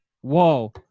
whoa